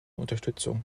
unterstützung